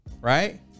Right